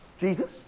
Jesus